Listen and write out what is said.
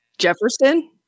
Jefferson